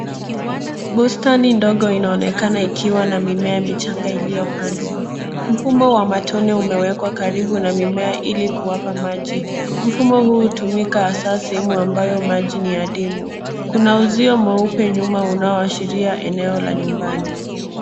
Bustani ndogo inaonekana ikiwa na mimea michanga iliyopandwa. Mfumo wa matone umewekwa karibu na mimea hili kuwapa maji. Mfumo huu hutumika hasa sehemu ambayo maji ni ya ndimu. Kuna uzio mweupe nyuma unaoashiria eneo la nyumbani.